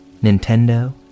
Nintendo